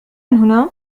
هنا